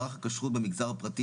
מערך הכשרות במגזר הפרטי,